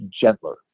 gentler